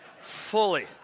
fully